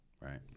Right